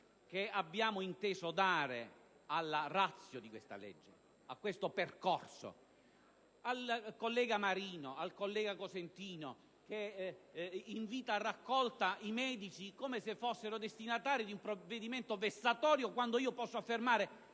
che abbiamo inteso dare alla *ratio* di questo provvedimento, a questo percorso. Al collega Marino e al collega Cosentino, che invitano a raccolta i medici come se fossero destinatari di un provvedimento vessatorio, io posso affermare